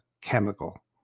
chemical